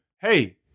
Hey